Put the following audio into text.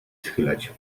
schylać